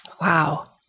Wow